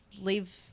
leave